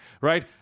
right